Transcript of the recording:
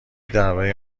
درباره